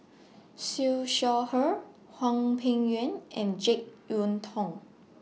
Siew Shaw Her Hwang Peng Yuan and Jek Yeun Thong